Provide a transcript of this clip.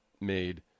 made